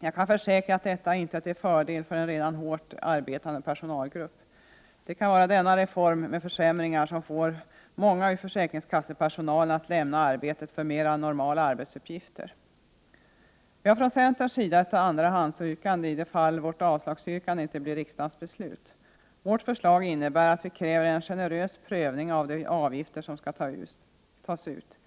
Jag kan försäkra att detta inte är till fördel för en redan hårt arbetande personalgrupp. Det kan vara denna reform med försämringar som får många ur försäkringskassepersonalen att lämna arbetet för mera normala arbetsuppgifter. Vi har från centerns sida ett andrahandsyrkande i det fall vårt avslagsyrkande inte blir riksdagens beslut. Vårt förslag innebär att vi kräver en generös prövning av de avgifter som skall tas ut.